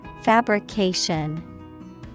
Fabrication